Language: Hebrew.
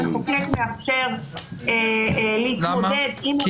המחוקק מאפשר להתמודד עם המצב הקיים --- למה?